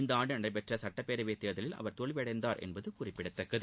இந்த ஆண்டு நடைபெற்ற சுட்டப் பேரவைத் தேர்தலில் அவர் தோல்வியடைந்தார் என்பது குறிப்பிடத்தக்கது